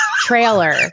trailer